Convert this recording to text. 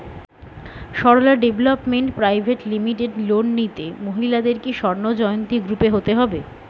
Sarala development private limited loan নিতে মহিলাদের কি স্বর্ণ জয়ন্তী গ্রুপে হতে হবে?